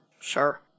Sure